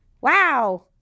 Wow